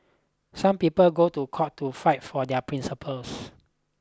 some people go to court to fight for their principles